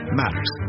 matters